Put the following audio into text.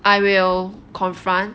I will confront